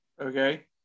okay